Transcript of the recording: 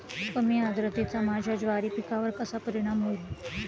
कमी आर्द्रतेचा माझ्या ज्वारी पिकावर कसा परिणाम होईल?